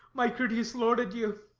my courteous lord, adieu.